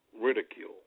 ridicule